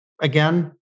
again